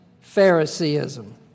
Phariseeism